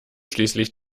schließlich